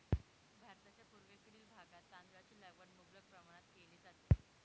भारताच्या पूर्वेकडील भागात तांदळाची लागवड मुबलक प्रमाणात केली जाते